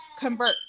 convert